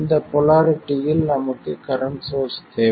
இந்த போலாரிட்டியில் நமக்கு கரண்ட் சோர்ஸ் தேவை